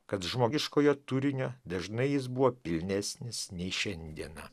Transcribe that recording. kad žmogiškojo turinio dažnai jis buvo pilnesnis nei šiandiena